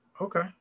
Okay